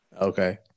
Okay